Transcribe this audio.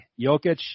Jokic